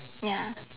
ya